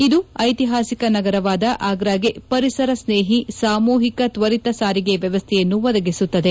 ಇದು ಐತಿಹಾಸಿಕ ನಗರವಾದ ಆಗ್ರಾಗೆ ಪರಿಸರ ಸ್ನೇಹಿ ಸಾಮೂಹಿಕ ತ್ವರಿತ ಸಾರಿಗೆ ವ್ಯವಸ್ಥೆಯನ್ನು ಒದಗಿಸುತ್ತದೆ